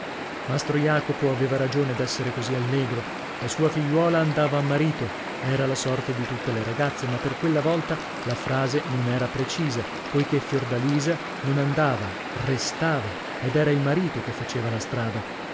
mastro jacopo aveva ragione d'essere così allegro la sua figliuola andava a marito era la sorte di tutte le ragazze ma per quella volta la frase non era precisa poichè fiordalisa non andava restava ed era il marito che faceva la strada